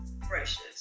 precious